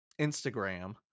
Instagram